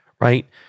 right